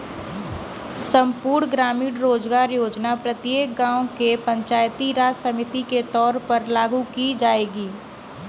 संपूर्ण ग्रामीण रोजगार योजना प्रत्येक गांव के पंचायती राज समिति के तौर पर लागू की जाएगी